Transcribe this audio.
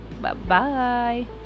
bye-bye